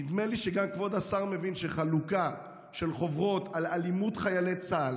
נדמה לי שגם כבוד השר מבין שחלוקה של חוברות על אלימות חיילי צה"ל